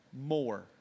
more